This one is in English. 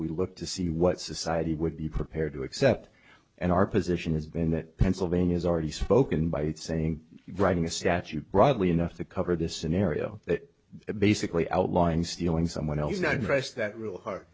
we look to see what society would be prepared to accept and our position has been that pennsylvania's already spoken by saying writing a statute broadly enough to cover this scenario that basically outlines stealing someone else not a dress that real